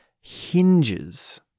hinges